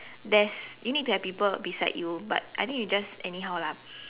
there's you need to have people beside you but I think you just anyhow lah